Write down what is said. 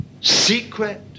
Secret